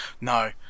No